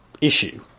issue